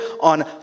on